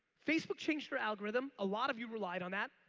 facebook changed their algorithm. a lot of you relied on that.